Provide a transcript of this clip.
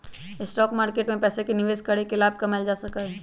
stock market में पैसे के निवेश करके लाभ कमावल जा सका हई